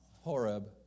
Horeb